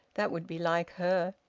that would be like her!